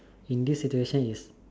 in this situation is